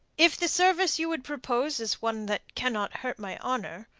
if the service you would propose is one that cannot hurt my honour.